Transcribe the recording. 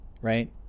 right